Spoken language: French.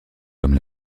comme